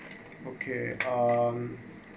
okay um